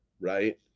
Right